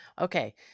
okay